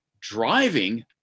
driving